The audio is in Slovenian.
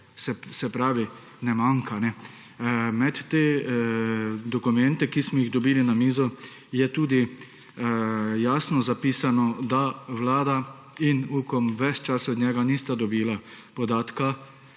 se pravi ne manjka. Med te dokumente, ki smo jih dobili na mizo je tudi jasno zapisano, da Vlada in UKOM ves čas od njega nista dobila podatka